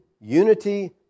unity